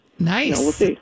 Nice